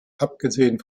abgesehen